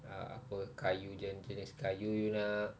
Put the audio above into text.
uh apa kayu jenis-jenis kayu you nak